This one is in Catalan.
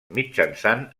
mitjançant